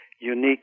unique